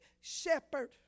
shepherd